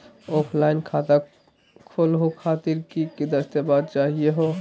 Offline खाता खोलहु खातिर की की दस्तावेज चाहीयो हो?